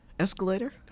escalator